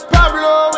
Pablo